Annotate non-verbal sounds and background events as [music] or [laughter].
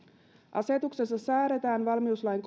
asetuksessa säädetään valmiuslain [unintelligible]